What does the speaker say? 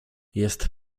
jest